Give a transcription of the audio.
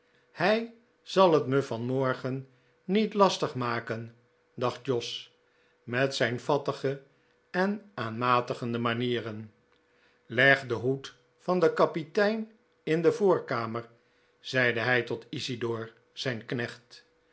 hij zal hct mc vanmorgen nict lastig maken dacht jos met zijn fattigc cn aanmatigende manicrcn lcg den hoed van den kapitcin in dc voorkamcr zcidc hij tot isidor zijn knecht